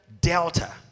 Delta